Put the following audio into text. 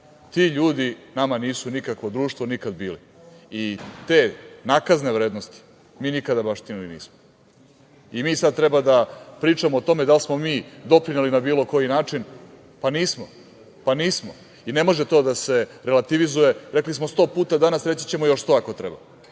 Ti ljudi nisu nama nikakvo društvo nikada bili. Te nakazne vrednosti mi nikada baštinili nismo. I mi sada treba da pričamo o tome da li smo mi doprineli na bilo koji način, pa nismo. Ne može to da se relativizuje, rekli smo sto puta danas, reći ćemo još sto ako treba.